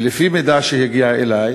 לפי מידע שהגיע אלי,